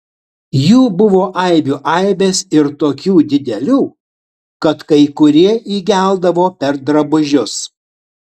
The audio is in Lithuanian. jų buvo aibių aibės ir tokių didelių kad kai kurie įgeldavo per drabužius